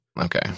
Okay